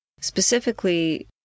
Specifically